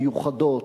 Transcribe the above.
מיוחדות,